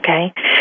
Okay